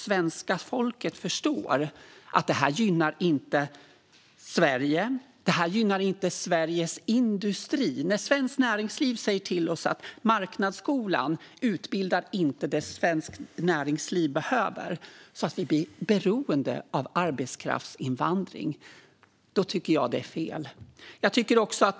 Svenska folket förstår att detta inte gynnar Sverige och svensk industri. När Svenskt Näringsliv säger till oss att marknadsskolan inte utbildar för det som svenskt näringsliv behöver, så att vi blir beroende av arbetskraftsinvandring, tycker jag att det är fel.